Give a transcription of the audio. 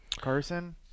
Carson